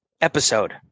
episode